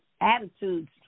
attitudes